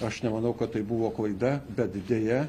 aš nemanau kad tai buvo klaida bet deja